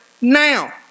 now